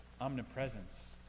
omnipresence